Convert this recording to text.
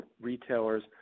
retailers